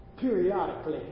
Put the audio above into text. periodically